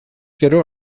gero